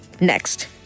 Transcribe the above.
next